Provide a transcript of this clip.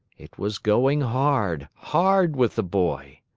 it was going hard, hard with the boy.